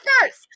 first